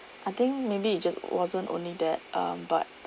I think maybe it just wasn't only that uh but